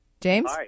james